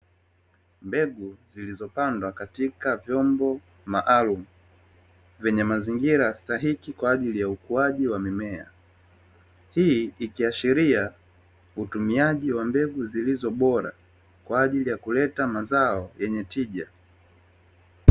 Mbegu zilizopandwa katika vyombo maalumu, vyenye mazingira stahiki kwaajili ya ukuaji wa mimea. Hii ikiashiria utumiaji wa mbegu zilizo bora kwa ajili ya kuleta mazao yenye tija.